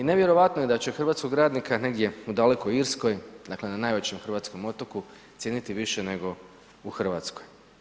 I nevjerojatno je da će hrvatskog radnika negdje u dalekoj Irskoj, dakle na najvećem hrvatskom otoku cijeniti više nego u Hrvatskoj.